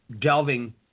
delving